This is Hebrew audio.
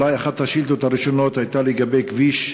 אולי אחת השאילתות הראשונות הייתה לגבי כביש,